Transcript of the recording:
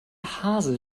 hase